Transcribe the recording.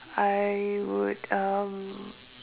I would um